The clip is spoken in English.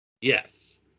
Yes